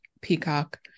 peacock